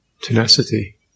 tenacity